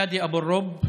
פאדי אבו אלרוב,